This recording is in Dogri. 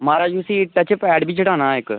माराज उसी टच्च पैड़ बी चढ़ाना ऐ इक